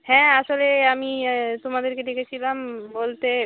হ্যাঁ আসলে আমি তোমাদেরকে ডেকেছিলাম বলতে